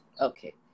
Okay